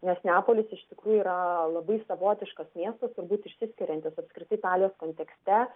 nes neapolis iš tikrųjų yra labai savotiškas miestas išsiskiriantis apskritai italijos kontekste